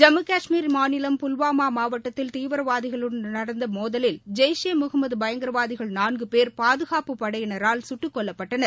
ஜம்மு கஷ்மீர் மாநிலம் புல்வாமா மாவட்டத்தில் தீவிரவாதிகளுடன் நடந்த மோதலில் ஜெய்ஷே முகமது பயங்கரவாதிகள் நான்கு பேர் பாதுகாப்புப் படையினரால் சுட்டுக்கொல்லப்பட்டனர்